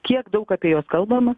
kiek daug apie juos kalbama